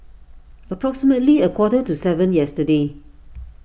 approximately a quarter to seven yesterday